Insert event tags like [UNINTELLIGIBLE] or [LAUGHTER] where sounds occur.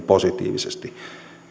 [UNINTELLIGIBLE] positiivisesti